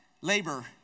labor